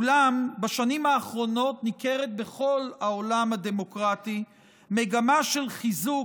אולם בשנים האחרונות ניכרת בכל העולם הדמוקרטי מגמה של חיזוק